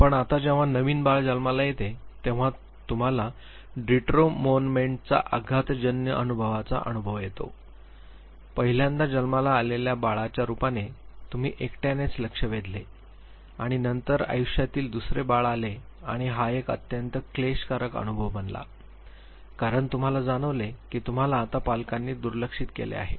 पण आता जेव्हा नवीन बाळ जन्माला येते तेव्हा तुम्हाला डिट्रोमोनमेंटचा आघातजन्य अनुभवाचा अनुभव येतो पहिल्यांदा जन्माला आलेल्या बाळाच्या रूपाने तुम्ही एकट्यानेच लक्ष वेधले आणि नंतर आयुष्यातील दुसरे बाळ आले आणि हा एक अत्यंत क्लेशकारक अनुभव बनला कारण तुम्हाला जाणवले की तुम्हाला आता पालकांनी दुर्लक्षित केले आहे